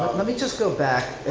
i mean just go back,